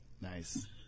Nice